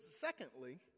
secondly